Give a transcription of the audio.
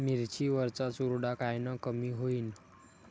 मिरची वरचा चुरडा कायनं कमी होईन?